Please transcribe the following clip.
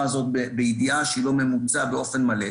הזאת בידיעה שהיא לא ממוצה באופן מלא.